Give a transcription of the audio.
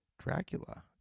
Dracula